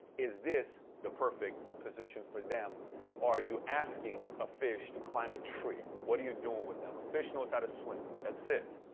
is this the perfect position for them. or are you asking a fish to climb a tree? what are you doing with them? a fish knows how to swim. that's it.